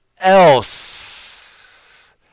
else